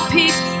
Peace